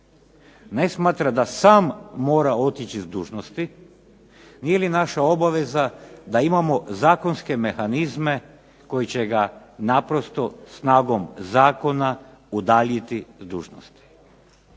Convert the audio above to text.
ne smatra da sam mora otići s dužnosti. Nije li naša obaveza da imamo zakonske mehanizme koji će ga naprosto snagom zakona udaljiti s dužnosti.